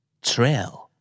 trail